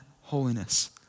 holiness